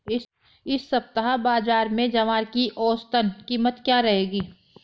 इस सप्ताह बाज़ार में ज्वार की औसतन कीमत क्या रहेगी?